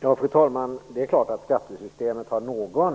Fru talman! Det är klart att skattesystemet har någon